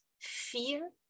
fear